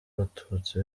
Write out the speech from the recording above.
abatutsi